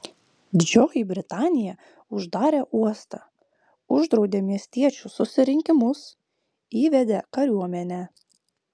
didžioji britanija uždarė uostą uždraudė miestiečių susirinkimus įvedė kariuomenę